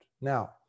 Now